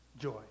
joy